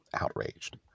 outraged